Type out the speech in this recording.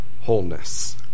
wholeness